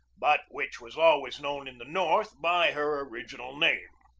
but which was always known in the north by her original name.